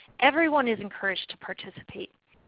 everyone is encouraged to participate.